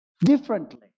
differently